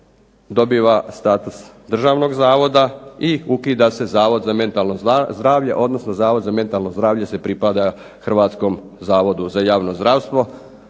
dobiva status državnog zavoda i ukida se Zavod za mentalno zdravlje, odnosno Zavod za mentalno zdravlje se pripaja Hrvatskom zavodu za javno zdravstvo